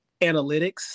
Analytics